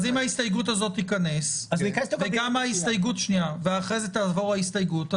אז אם ההסתייגות הזו תיכנס ואחרי זה תעבור ההסתייגות,